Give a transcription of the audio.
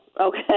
okay